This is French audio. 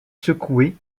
secoué